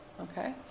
Okay